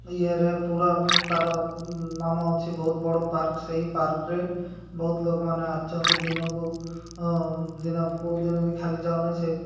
ଇଏରେ ପୁରା ତା'ର ନାମ ଅଛି ବହୁତ ବଡ଼ ପାର୍କ ସେଇ ପାର୍କରେ ବହୁତ ଲୋକମାନେ ଆସିଛନ୍ତି ଦିନକୁ ଦିନ କେଉଁ ଦିନ ବି ଖାଲି ଯାଉନି ସେ